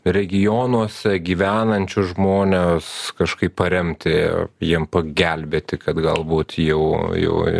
regionuose gyvenančius žmones kažkaip paremti jiem pagelbėti kad galbūt jau jau